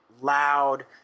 loud